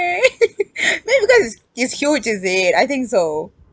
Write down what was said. that's because it's it's huge is it I think so